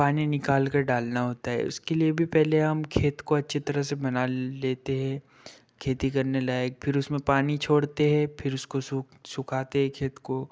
पानी निकालके डालना होता है उसके लिए भी पहले हम खेत को अच्छी तरह से बना लेते हैं खेती करने लायक फिर उसमें पानी छोड़ते हैं फिर उसको सूख सुखाते हैं खेत को